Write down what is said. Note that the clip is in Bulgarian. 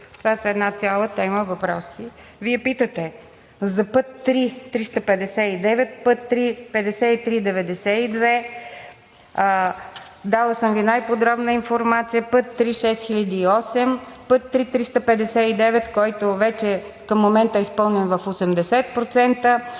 Това са една цяла тема въпроси. Вие питате за път ІІІ-359, път ІІІ-5392. Дала съм Ви най-подробна информация. Път ІІІ-6008, път ІІІ-359, който вече към момента е изпълнен в 80%,